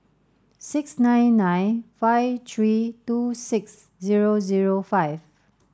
six nine nine five three two six zero zero five